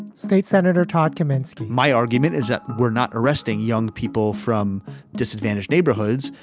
state senator todd commenced. my argument is that we're not arresting young people from disadvantaged neighborhoods.